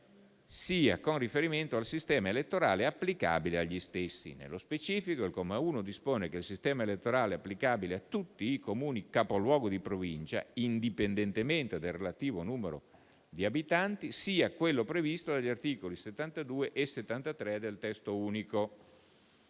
sia con riferimento al sistema elettorale applicabile agli stessi. Nello specifico, il comma 1 dispone che il sistema elettorale applicabile a tutti i Comuni capoluogo di Provincia, indipendentemente dal relativo numero di abitanti, sia quello previsto dagli articoli 72 e 73 del Testo unico